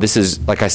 this is like i